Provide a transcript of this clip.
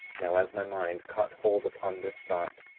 now, as my mind caught hold upon this thought,